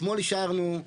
אתמול אישרנו,